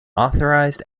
authorized